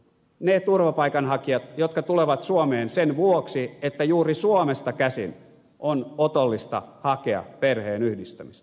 ne turvapaikanhakijat jotka tulevat suomeen sen vuoksi että juuri suomesta käsin on otollista hakea perheenyhdistämistä